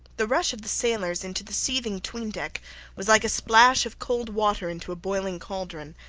the rush of the sailors into the seething tween-deck was like a splash of cold water into a boiling cauldron.